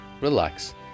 relax